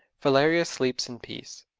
valeria sleeps in peace.